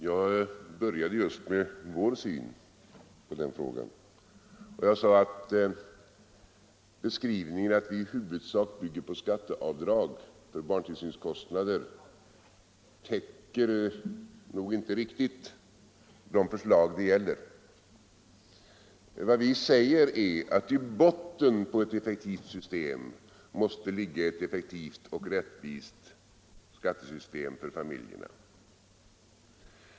Jag började just med att tala om vår syn på den frågan, och jag sade att beskrivningen att den i huvudsak bygger på skatteavdrag för barntillsynskostnader nog inte riktigt täcker de förslag det gäller. Vad vi säger är att i botten på ett effektivt system måste ligga ett effektivt och rättvist skattesystem för familjerna.